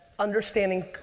understanding